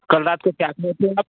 कल रात को क्या खाए थे आप